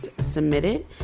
submitted